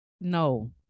no